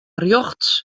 rjochts